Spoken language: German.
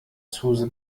zuse